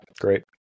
Great